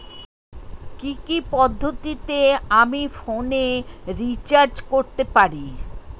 কি কি পদ্ধতিতে আমি ফোনে রিচার্জ করতে পারি?